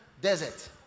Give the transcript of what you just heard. desert